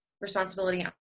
responsibility